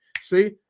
see